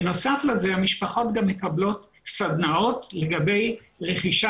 בנוסף לזה המשפחות גם מקבלות סדנאות לגבי רכישה